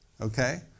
Okay